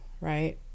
right